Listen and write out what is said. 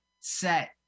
set